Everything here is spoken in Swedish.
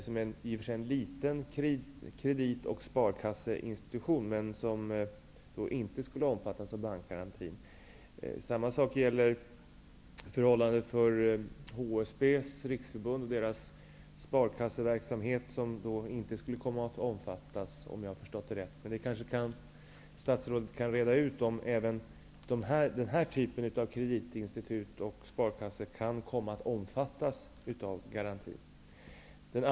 Den är i och för sig en liten kredit och sparkasseinstitution, men den skulle inte omfattas av bankgarantin. Samma sak gäller för HSB:s Riksförbunds sparkasseverksamhet, som -- om jag har förstått saken rätt -- inte skulle komma att omfattas. Statsrådet kan kanske reda ut om även den här typen av kreditinstitut och sparkassor kan komma att omfattas av garantin.